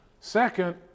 second